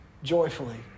Joyfully